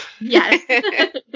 Yes